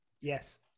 Yes